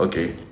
okay